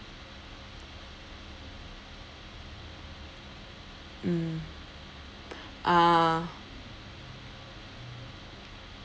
mm ah